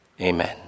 Amen